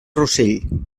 rossell